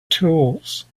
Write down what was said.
tools